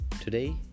Today